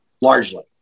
largely